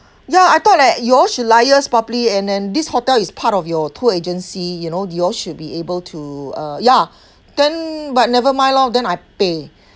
ya I thought like you all should liased properly and then this hotel is part of your tour agency you know you all should be able to uh ya then but never mind lor then I pay